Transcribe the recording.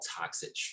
toxic